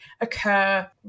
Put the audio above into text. occur